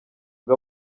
ngo